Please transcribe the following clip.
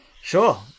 sure